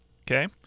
Okay